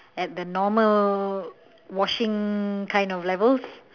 at the normal washing kind of level